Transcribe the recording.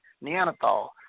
Neanderthal